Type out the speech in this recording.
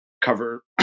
cover